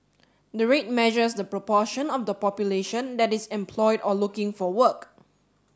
the rate measures the proportion of the population that is employed or looking for work